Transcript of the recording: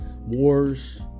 wars